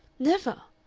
never!